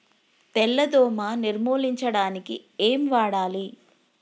తెల్ల దోమ నిర్ములించడానికి ఏం వాడాలి?